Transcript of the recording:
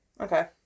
okay